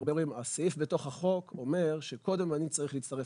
הסעיף בתוך החוק אומר שקודם אני צריך להצטרף